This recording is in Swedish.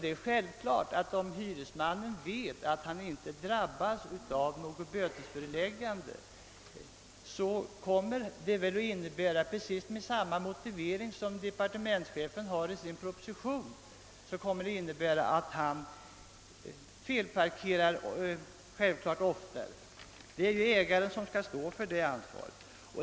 Det är självklart att hyresmannen, om han vet alt han inte drabbas av något bötesföreläggande, kommer att felparkera oftare. Skälet härtill är detsamma som det departementschefen anger i sin proposition; det är ägaren som skall bära det ansvaret.